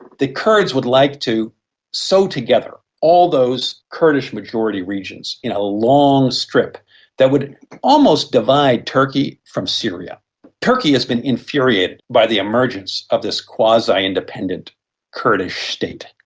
the kurds would like to sew together all those kurdish majority regions in a long strip that would almost divide turkey from syria turkey has been infuriated by the emergence of this quasi-independent kurdish state,